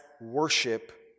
worship